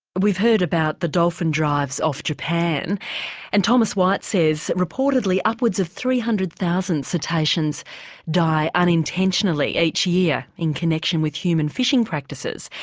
we've heard about the dolphin drives off japan and thomas white says that reportedly upwards of three hundred thousand cetaceans die unintentionally each year in connection with human fishing practices.